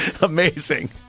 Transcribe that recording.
Amazing